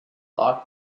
locked